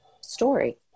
story